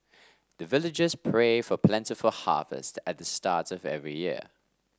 the villagers pray for plentiful harvest at the start of every year